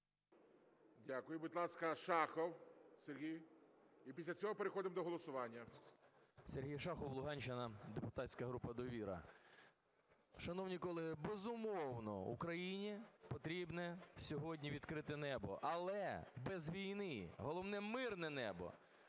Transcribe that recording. Дякую. Будь ласка, Шахов Сергій. І після цього переходимо до голосування. 10:46:34 ШАХОВ С.В. Сергій Шахов, Луганщина, депутатська група "Довіра". Шановні колеги, безумовно, Україні потрібне сьогодні "відкрите небо", але без війни, головне – мирне небо.